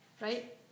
right